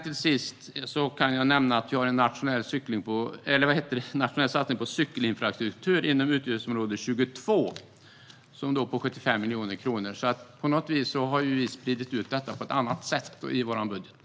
Till sist kan jag nämna att vi gör en nationell satsning på cykelinfrastruktur på 75 miljoner kronor inom utgiftsområde 22. Vi har alltså spridit ut det på ett annat sätt i vår budget.